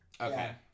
Okay